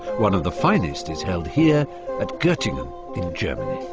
one of the finest is held here at gottingen in germany.